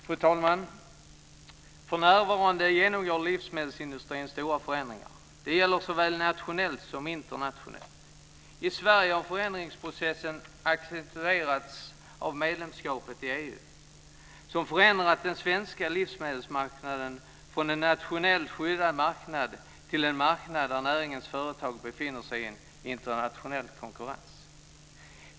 Fru talman! För närvarande genomgår livsmedelsindustrin stora förändringar. Det gäller såväl nationellt som internationellt. I Sverige har förändringsprocessen accentuerats av medlemskapet i EU, som förändrat den svenska livsmedelsmarknaden från en nationellt skyddad marknad till en marknad där näringens företag befinner sig i en internationell konkurrens.